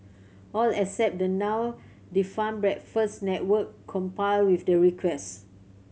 all except the now defunct Breakfast Network compare with the request